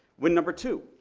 win number two,